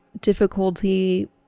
difficulty